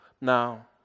Now